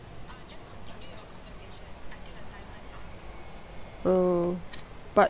oh but